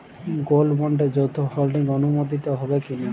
Gold বন্ডে যৌথ holding অনুমোদিত হবে কিনা?